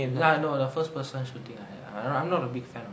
ah no the first person shooting I'm not a big fan of